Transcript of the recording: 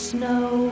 snow